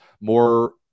more